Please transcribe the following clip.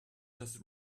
just